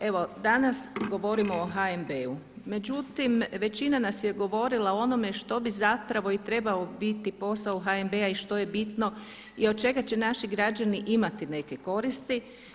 Evo danas govorimo o HNB-u, međutim većina nas je govorila o onome što bi zapravo i trebao biti posao HNB-a i što je bitno i od čega će naši građani imati neke koristi.